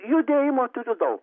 judėjimo turiu daug